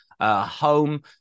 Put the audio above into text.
Home